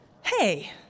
Hey